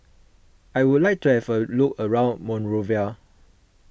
I would like to have a look around Monrovia